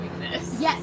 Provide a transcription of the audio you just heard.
yes